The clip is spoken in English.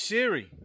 Siri